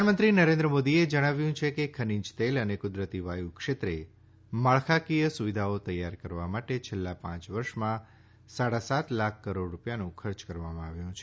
પ્રધાનમંત્રી નરેન્દ્ર મોદીએ જણાવ્યું છે કે ખનિજ તેલ અને કુદરતી વાયુ ક્ષેત્રે માળખાકીય સુવિધાઓ તૈયાર કરવા માટે છેલ્લા પાંચ વર્ષમાં સાડા સાત લાખ કરોડ રૂપિયાનો ખર્ચ કરવામાં આવ્યો છે